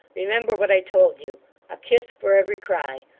remember what i told you a kiss for every cry.